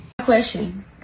question